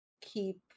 keep